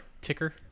ticker